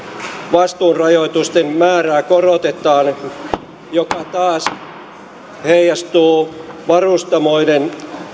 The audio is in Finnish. vastuurajoitusten määrää korotetaan mikä taas heijastuu varustamoiden